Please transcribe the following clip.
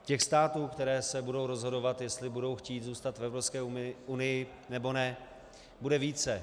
Těch států, které se budou rozhodovat, jestli budou chtít zůstat v Evropské unii, nebo ne, bude více.